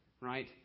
right